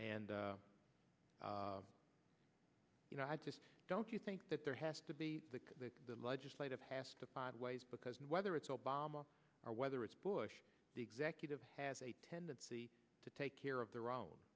and you know i just don't you think that there has to be the legislative has to find ways because whether it's obama or whether it's bush the executive has a tendency to take care of their own